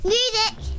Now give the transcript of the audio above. Music